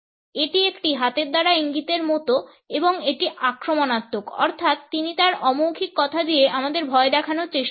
এটি একটি হাতের দ্বারা ইঙ্গিতের মত এবং এটি আক্রমণাত্মক অর্থাৎ তিনি তাঁর অমৌখিক কথা দিয়ে আমাদের ভয় দেখানোর চেষ্টা করছেন